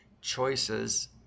choices